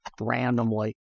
randomly